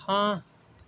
ہاں